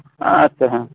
ᱟᱪᱷᱟ ᱦᱮᱸ